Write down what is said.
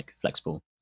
flexible